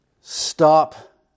stop